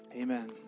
amen